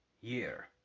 year